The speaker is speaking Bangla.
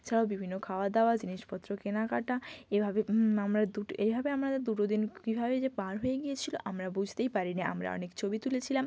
এছাড়াও বিভিন্ন খাওয়া দাওয়া জিনিসপত্র কেনাকাটা এভাবে আমরা দুটি এভাবে আমাদের দুটো দিন কীভাবে যে পার হয়ে গিয়েছিলো আমরা বুঝতেই পারি নি আমরা অনেক ছবি তুলেছিলাম